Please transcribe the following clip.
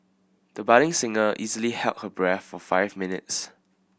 the budding singer easily held her breath for five minutes